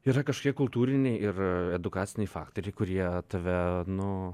yra kažkokie kultūriniai ir edukaciniai faktoriai kurie tave nu